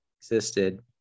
existed